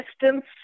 distance